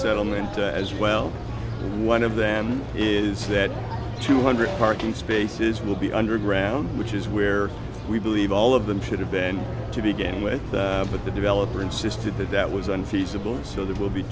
settlement as well one of them is that two hundred parking spaces will be underground which is where we believe all of them should have been to begin with but the developer insisted that that was unfeasible so there will be